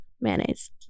mayonnaise